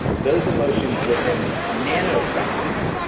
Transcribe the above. those emotions within nanoseconds,